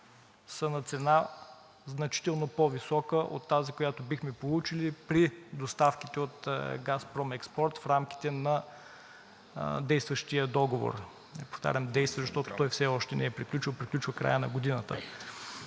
са на цена, значително по-висока от тази, която бихме получили при доставките от „Газпром Експорт“ в рамките на действащия договор. Повтарям – действащ, защото той все още не е приключил – приключва в края на годината.